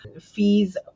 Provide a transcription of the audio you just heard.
fees